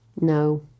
No